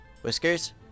Whiskers